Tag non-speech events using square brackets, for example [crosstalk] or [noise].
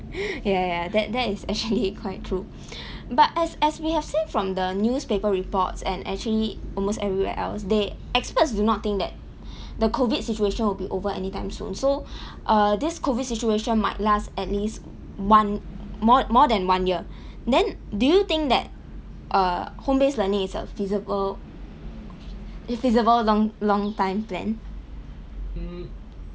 [laughs] ya ya that that is actually quite true but as as we have seen from the newspaper reports and actually almost everywhere else they experts do not think that the COVID situation will be over anytime soon so uh this COVID situation might last at least one more more than one year then do you think that err home-based learning is a feasible feasible long long time plan